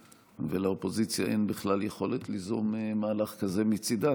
ולאופוזיציה אין בכלל יכולת ליזום מהלך כזה מצידה,